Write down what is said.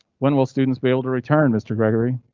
when will students be able to return mr. gregory?